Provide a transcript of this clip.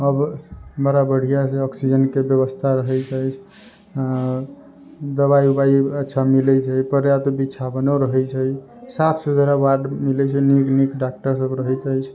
अब बड़ा बढ़िआँसँ ऑक्सिजनके व्यवस्था रहैत अछि दवाइ ओवाइ अच्छा मिलैत अछि पर्याप्त बिछाओनो रहैत छै साफ सुथरा वार्ड मिलैत छै नीक नीक डॉक्टर सभ रहैत अछि